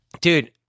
Dude